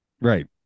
Right